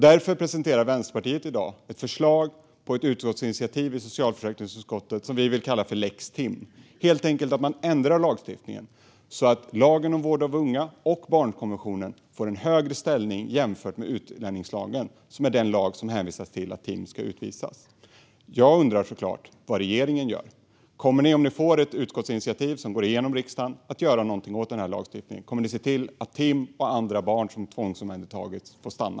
Därför presenterar Vänsterpartiet i dag ett förslag till ett utskottsinitiativ i socialförsäkringsutskottet som vi vill kalla lex Tim. Det går ut på att ändra lagstiftningen så att lagen om vård av unga och barnkonventionen får högre ställning jämfört med utlänningslagen, som är den lag det hänvisas till när det gäller att Tim ska utvisas. Jag undrar såklart vad regeringen gör. Kommer ni, om ni får ett utskottsinitiativ som går igenom i riksdagen, att göra något åt den lagstiftningen? Kommer ni att se till att Tim och andra barn som har tvångsomhändertagits får stanna?